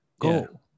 go